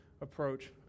approach